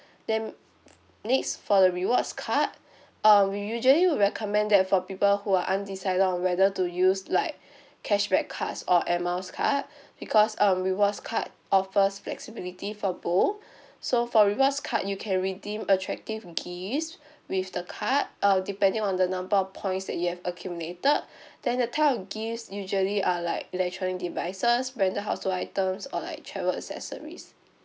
then next for the rewards card uh we usually would recommend that for people who are undecided on whether to use like cashback cards or air miles card because um rewards card offers flexibility for both so for rewards card you can redeem attractive gifts with the card uh depending on the number of points that you have accumulated then the type of gifts usually are like electronic devices branded household items or like travel accessories